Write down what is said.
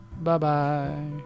Bye-bye